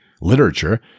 literature